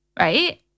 Right